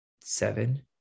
seven